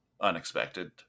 unexpected